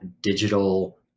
digital